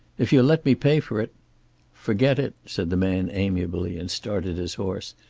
if you'll let me pay for it forget it, said the man amiably, and started his horse.